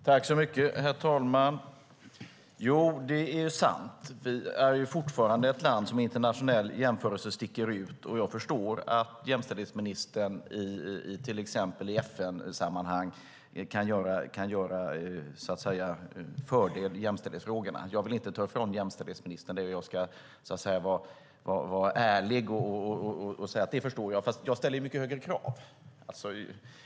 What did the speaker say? Herr talman! Det är sant; vi är fortfarande ett land som i internationell jämförelse sticker ut. Jag förstår att jämställdhetsministern i till exempel FN-sammanhang kan så att säga göra fördel jämställdhetsfrågorna. Jag vill inte ta ifrån jämställdhetsministern det, och jag ska vara ärlig och säga att jag förstår det. Jag ställer dock mycket högre krav.